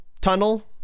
tunnel